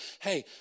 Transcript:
hey